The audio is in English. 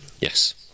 yes